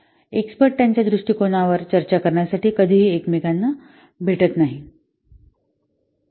expert त्यांच्या दृष्टिकोनावर चर्चा करण्यासाठी कधीही एकमेकांना भेटत नाहीत